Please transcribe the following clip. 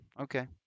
Okay